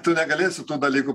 tu negali su tuo dalyku